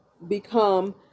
become